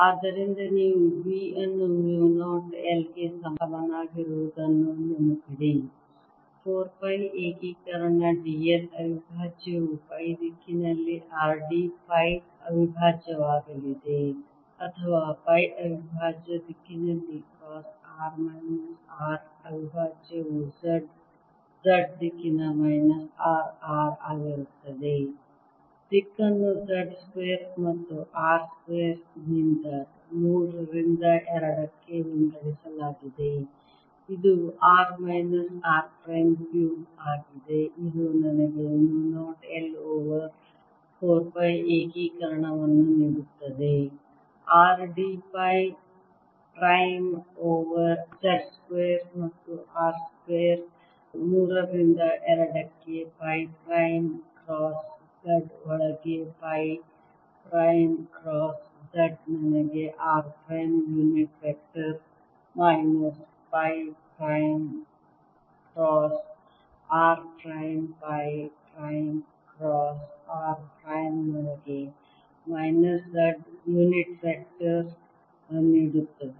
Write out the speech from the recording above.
ಆದ್ದರಿಂದ ನೀವು B ಅನ್ನು mu 0 I ಗೆ ಸಮನಾಗಿರುವುದನ್ನು ನೆನಪಿಡಿ 4 ಪೈ ಏಕೀಕರಣ dl ಅವಿಭಾಜ್ಯವು ಪೈ ದಿಕ್ಕಿನಲ್ಲಿ R d ಪೈ ಅವಿಭಾಜ್ಯವಾಗಲಿದೆ ಅಥವಾ ಪೈ ಅವಿಭಾಜ್ಯ ದಿಕ್ಕಿನಲ್ಲಿ ಕ್ರಾಸ್ r ಮೈನಸ್ r ಅವಿಭಾಜ್ಯವು z z ದಿಕ್ಕಿನ ಮೈನಸ್ R r ಆಗಿರುತ್ತದೆ ದಿಕ್ಕನ್ನು z ಸ್ಕ್ವೇರ್ ಮತ್ತು R ಸ್ಕ್ವೇರ್ ನಿಂದ 3 ರಿಂದ 2 ಕ್ಕೆ ವಿಂಗಡಿಸಲಾಗಿದೆ ಇದು R minus R prime cube ಆಗಿದೆ ಇದು ನನಗೆ mu 0 I ಓವರ್ 4 ಪೈ ಏಕೀಕರಣವನ್ನು ನೀಡುತ್ತದೆ R dಪೈ ಪ್ರೈಮ್ ಓವರ್ z ಸ್ಕ್ವೇರ್ ಮತ್ತು R ಸ್ಕ್ವೇರ್ 3 ರಿಂದ 2 ಕ್ಕೆ ಪೈ ಪ್ರೈಮ್ ಕ್ರಾಸ್ z ಒಳಗೆ ಪೈ ಪ್ರೈಮ್ ಕ್ರಾಸ್ z ನನಗೆ r prime unit vector minus pi prime cross r prime pi prime cross r prime ನನಗೆ minus z unit vector ನೀಡುತ್ತದೆ